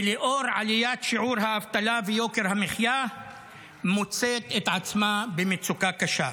ולאור עליית שיעור האבטלה ויוקר המחיה מוצאת את עצמה במצוקה קשה.